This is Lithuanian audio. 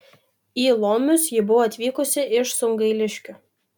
į lomius ji buvo atvykusi iš sungailiškių